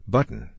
Button